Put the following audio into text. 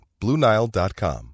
BlueNile.com